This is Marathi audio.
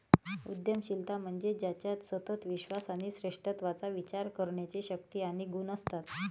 उद्यमशीलता म्हणजे ज्याच्यात सतत विश्वास आणि श्रेष्ठत्वाचा विचार करण्याची शक्ती आणि गुण असतात